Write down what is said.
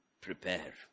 prepare